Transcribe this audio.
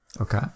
Okay